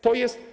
To jest.